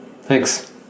thanks